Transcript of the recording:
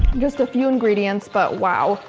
just a few ingredients, but wow.